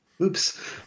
Oops